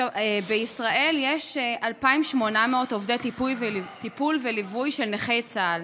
בישראל יש 2,800 עובדי טיפול וליווי של נכי צה"ל,